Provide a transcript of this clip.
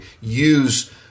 use